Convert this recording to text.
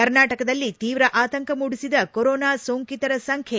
ಕರ್ನಾಟಕದಲ್ಲಿ ತೀವ್ರ ಆತಂಕ ಮೂಡಿಸಿದ ಕೊರೊನಾ ಸೋಂಕಿತರ ಸಂಖ್ಲೆ